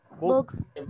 books